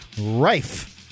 rife